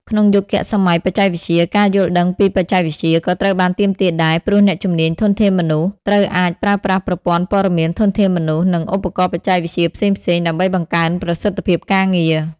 ក្នុងយុគសម័យបច្ចេកវិទ្យា ការយល់ដឹងពីបច្ចេកវិទ្យា ក៏ត្រូវបានទាមទារដែរ ព្រោះអ្នកជំនាញ ធនធានមនុស្ស ត្រូវអាចប្រើប្រាស់ប្រព័ន្ធព័ត៌មានធនធានមនុស្ស និងឧបករណ៍បច្ចេកវិទ្យាផ្សេងៗ ដើម្បីបង្កើនប្រសិទ្ធភាពការងារ។